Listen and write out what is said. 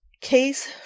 case